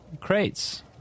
crates